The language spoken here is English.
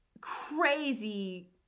crazy